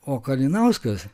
o kalinauskas